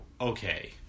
okay